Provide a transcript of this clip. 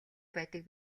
байдаг